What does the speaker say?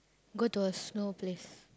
go to a snow place